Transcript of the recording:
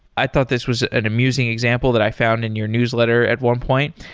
i thought this was an amusing example that i found in your newsletter at one point.